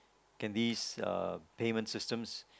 can these payments systems